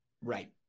Right